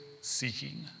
seeking